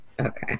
okay